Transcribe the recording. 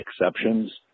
exceptions